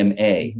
ma